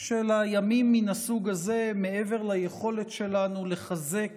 של הימים מן הסוג הזה, מעבר ליכולת שלנו לחזק